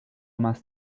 más